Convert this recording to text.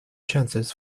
chances